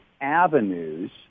avenues